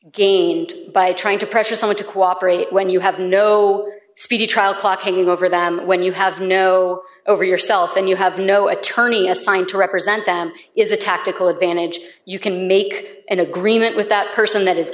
gained by trying to pressure someone to cooperate when you have no speedy trial clock hanging over them when you have no over yourself and you have no attorney assigned to represent them is a tactical advantage you can make an agreement with that person that